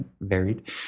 varied